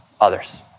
others